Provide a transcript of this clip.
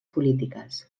polítiques